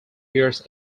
years